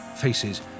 faces